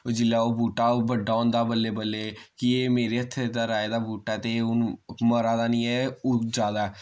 जिल्लै ओ बूह्टा ओह् बड्डा होंदा बल्लें बल्लें कि एह् मेरे हत्थे दा राहे दा बूह्टा ते हुन मरा दा नि ऐ उज्जा दा